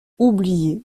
oublié